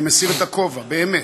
אני מסיר את הכובע, באמת.